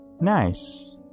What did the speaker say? Nice